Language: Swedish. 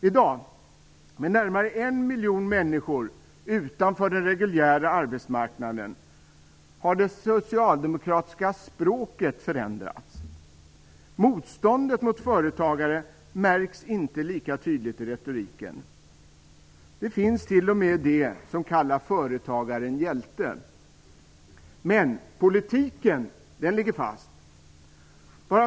I dag, med närmare en miljon människor utanför den reguljära arbetsmarknaden, har det socialdemokratiska språket förändrats. Motståndet mot företagare märks inte lika tydligt i retoriken. Det finns t.o.m. de som kallar företagaren för en hjälte. Men politiken ligger fast.